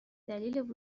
دلیل